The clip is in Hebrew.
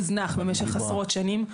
הוזנח במשך עשרות שנים.